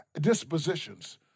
dispositions